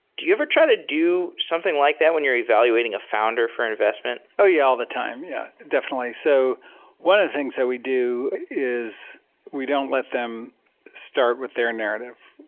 do you ever try to do something like that when you're evaluating a founder for an investment? oh, yeah. all the time. yeah, definitely. so one of the things that we do is we don't let them start with their narrative.